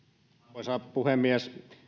arvoisa puhemies